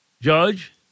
Judge